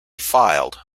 filed